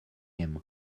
him